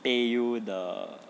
pay you the